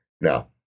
Now